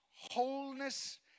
wholeness